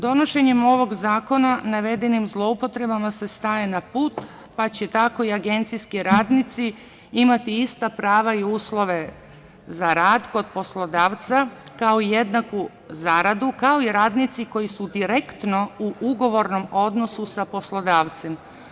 Donošenjem ovog zakona navedenim zloupotrebama se staje na put, pa će tako i agencijski radnici imati ista prava i uslove za rad kod poslodavca kao i jednaku zaradu, kao i radnici koji su direktno u ugovornom odnosu sa poslodavcem.